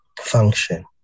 function